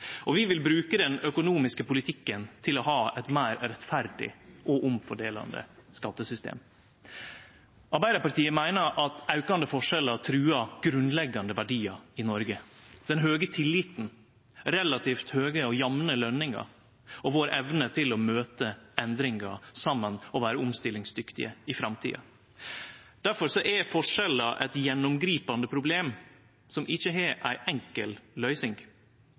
har. Vi vil bruke den økonomiske politikken til å ha eit meir rettferdig og omfordelande skattesystem. Arbeidarpartiet meiner at aukande forskjellar truar grunnleggjande verdiar i Noreg: den høge tilliten, relativt høge og jamne løningar og evna vår til å møte endringar saman og vere omstillingsdyktige i framtida. Difor er forskjellar eit gjennomgripande problem som ikkje har ei enkel løysing.